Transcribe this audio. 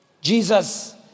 Jesus